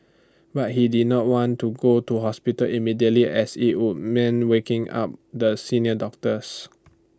but he did not want to go to hospital immediately as IT would mean waking up the senior doctors